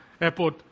airport